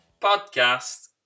Podcast